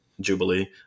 Jubilee